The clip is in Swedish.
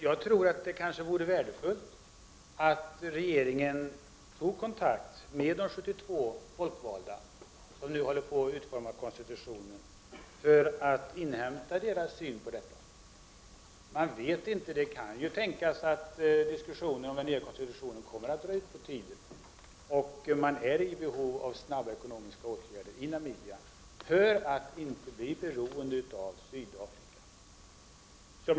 Jag tror att det kanske vore värdefullt för regeringen att ta kontakt med de 72 folkvalda som nu utformar konstitutionen för att inhämta deras syn på frågan. Vi vet inte, men det kan tänkas att diskussionen om den nya konstitutionen kommer att dra ut på tiden. Landet är i behov av snabba ekonomiska åtgärder för att inte bli beroende av Sydafrika.